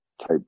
type